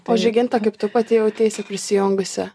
o žyginta kaip tu pati jauteisi prisijungusi